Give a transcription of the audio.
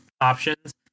options